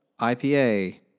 IPA